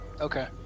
Okay